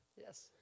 Yes